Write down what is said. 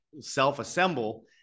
self-assemble